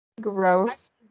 Gross